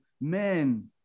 men